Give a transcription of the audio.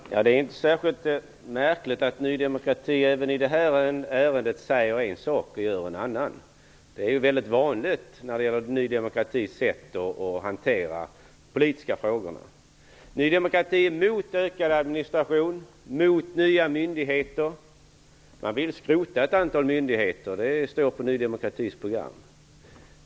Herr talman! Det är inte särskilt märkligt att Ny demokrati även i det här ärendet säger en sak och gör en annan. Det är mycket vanligt när det gäller Ny demokratis sätt att hantera de politiska frågorna. Ny demokrati är mot ökad administration och mot nya myndigheter. Man vill skrota ett antal myndigheter. Det står i Ny demokratis program.